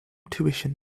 tuition